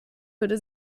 würde